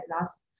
last